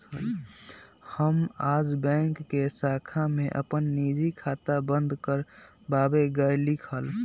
हम आज बैंक के शाखा में अपन निजी खाता बंद कर वावे गय लीक हल